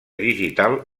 digital